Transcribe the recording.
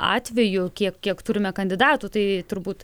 atveju kiek kiek turime kandidatų tai turbūt